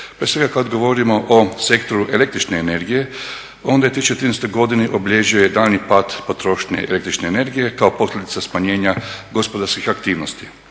Prije svega kad govorimo o sektoru električne energije onda je 2013. godinu obilježio daljnji pad potrošnje električne energije kao posljedica smanjenja gospodarskih aktivnosti.